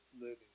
living